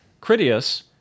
Critias